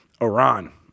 Iran